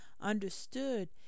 understood